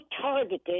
targeted